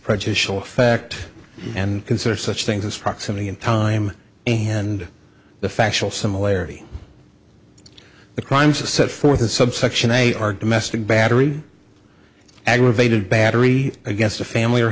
prejudicial effect and consider such things as proximity and time and the factual similarity the crimes to set forth in subsection a are domestic battery aggravated battery against a family or